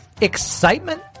excitement